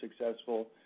successful